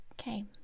Okay